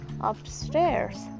upstairs